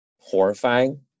horrifying